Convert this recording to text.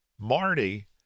Marty